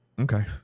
okay